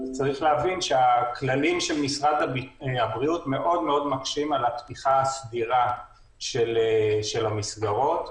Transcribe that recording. להבין שהכללים של משרד הבריאות מאוד מקשים על פתיחה סדירה של המסגרות.